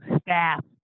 staff